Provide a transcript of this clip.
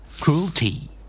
Cruelty